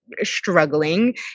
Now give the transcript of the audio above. struggling